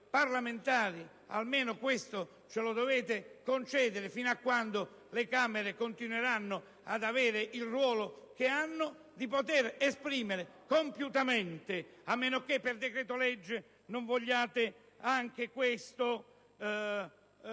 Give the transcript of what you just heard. parlamentari (almeno questo ce lo dovete concedere, fino a quando le Camere continueranno ad avere il ruolo che hanno) a potersi esprimere compiutamente, a meno che per decreto-legge non vogliate far